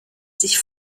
sich